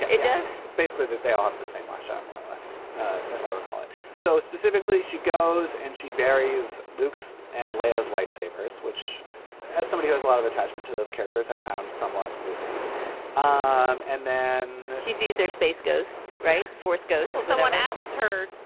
it does it's basically that they all have the same ah shot more or less as i recall it. so specifically she goes and she buries luke's and lays light sabers, which as somebody who has a lot of attachment to those characters, i found somewhat moving um and then he sees their space ghosts, right? force goes. if someone asks her,